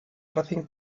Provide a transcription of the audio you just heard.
racing